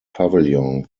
pavilion